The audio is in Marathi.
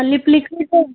लिप लिक्विड पण